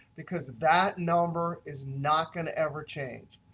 because that number is not going to ever change.